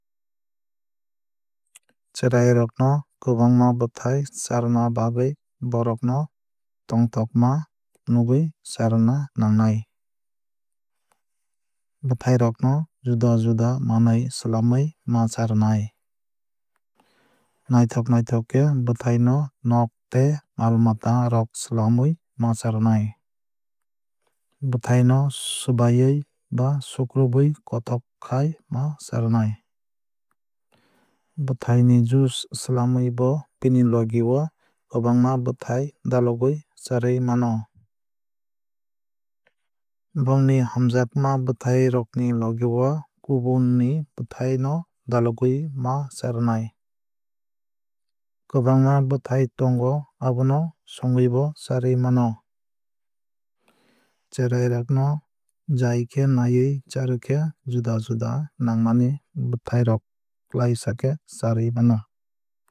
Cherrai rok no kwbangma bwthai charwna bagwui bohrok no tongthokma funugwui charwna nangnai. Bwthai rok no juda juda manwui swlamwui ma charwnai. Naithok naithok khe bwthai no nog tei mal mata rok swlamwui ma charwnai. Bwthai no swbaiwui ba sukrunbui kothok khai ma charwnai. Bwthai ni juice swlamwui bo bini logi o kwbangma bwthai dalogwui charwui mano. Bongni hamjakma bwthai rokni logi o kubuni bwthai no dalogwui ma charwnai. Kwbangma bwthai tongo abono songwui bo charwui mano. Cherai rok no jai khe nawuii charwkhe juda juda nangmani bwtharok klaisa khe charwui mano.